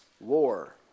war